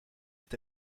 est